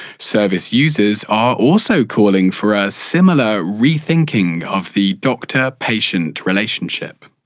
service users are also calling for a similar rethinking of the doctor-patient relationship.